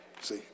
See